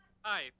hi